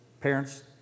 parents